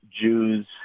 Jews